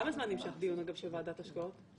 כמה זמן נמשך דיון של ועדת השקעות?